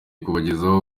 kubagezaho